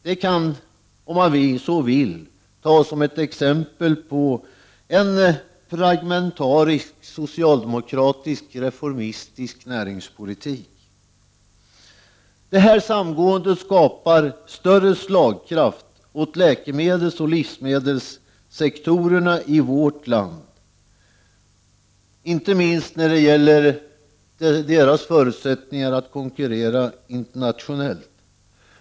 Detta kan, om man så vill, tas som ett exempel på en pragmatisk socialdemokratisk, reformistisk näringspolitik. Samgåendet skapar större slagkraft åt läkemedelsoch livsmedelssektorerna i vårt land inte minst när det gäller deras förutsättningar att konkurrera internationellt.